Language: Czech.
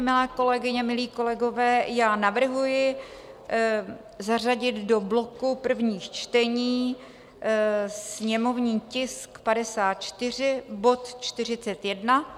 Milé kolegyně, milí kolegové, navrhuji zařadit do bloku prvních čtení sněmovní tisk 54, bod 41.